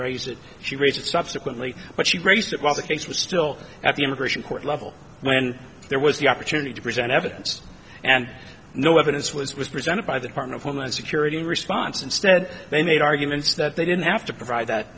raise it she raised subsequently but she raised it while the case was still at the immigration court level when there was the opportunity to present evidence and no evidence was presented by the department of homeland security in response instead they made arguments that they didn't have to provide that